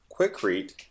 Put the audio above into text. Quickrete